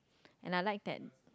and I like that